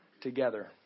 together